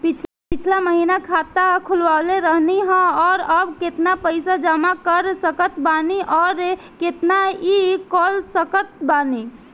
पिछला महीना खाता खोलवैले रहनी ह और अब केतना पैसा जमा कर सकत बानी आउर केतना इ कॉलसकत बानी?